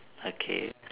okay